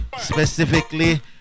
specifically